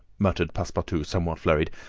muttered passepartout, somewhat flurried,